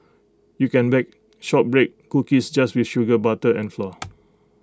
you can bake Shortbread Cookies just with sugar butter and flour